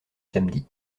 samedi